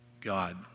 God